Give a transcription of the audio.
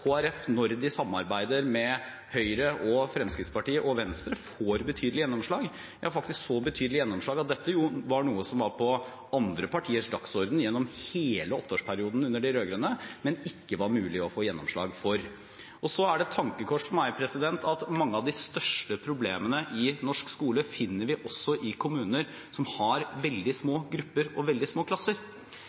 når de samarbeider med Høyre, Fremskrittspartiet og Venstre, får betydelig gjennomslag, for dette var noe som var på de rød-grønne partienes dagsorden gjennom hele åtteårsperioden, men som det ikke var mulig å få gjennomslag for da. Det er et tankekors for meg at mange av de største problemene i norsk skole finner vi i kommuner som har veldig små grupper og veldig små klasser.